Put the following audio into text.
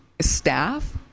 staff